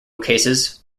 cases